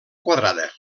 quadrada